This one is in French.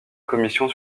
commission